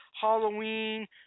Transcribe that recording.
Halloween